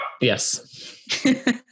Yes